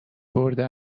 برده